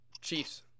Chiefs